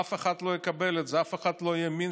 אף אחד לא יקבל את זה.,